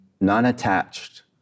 non-attached